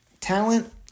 talent